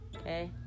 Okay